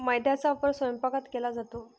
मैद्याचा वापर स्वयंपाकात केला जातो